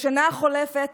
בשנה החולפת